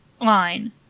line